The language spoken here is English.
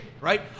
right